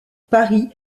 paris